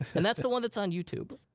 and that's the one that's on youtube.